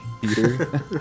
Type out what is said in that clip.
Peter